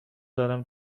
دارم